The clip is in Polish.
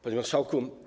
Panie Marszałku!